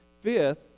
Fifth